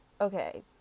Okay